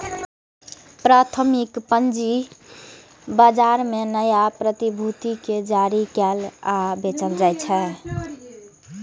प्राथमिक पूंजी बाजार मे नया प्रतिभूति कें जारी कैल आ बेचल जाइ छै